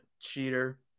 cheater